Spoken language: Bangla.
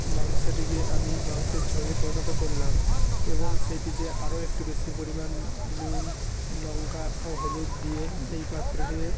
মাংসটিকে আমি মাংসের ঝোলে পরিণত করলাম এবং সেইটিতে আরও একটু বেশি পরিমাণ নুন নঙ্কা ও হলুদ দিয়ে সেই পাত্রটিকে